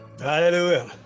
hallelujah